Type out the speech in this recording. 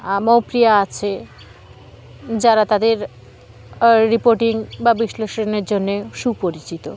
মৌপিয়া আছে যারা তাদের রিপোর্টিং বা বিশ্লেষণের জন্যে সুপরিচিত